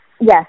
yes